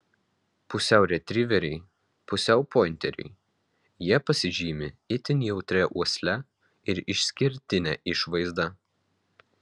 pusiau retriveriai pusiau pointeriai jie pasižymi itin jautria uosle ir išskirtine išvaizda